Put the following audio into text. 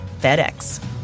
FedEx